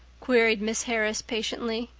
queried miss harris patiently.